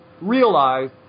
realize